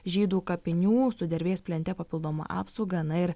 žydų kapinių sudervės plente papildomą apsaugą na ir